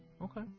Okay